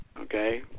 Okay